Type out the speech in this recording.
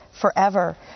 forever